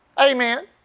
Amen